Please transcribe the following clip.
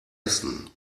essen